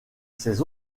ses